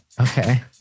Okay